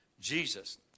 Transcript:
Jesus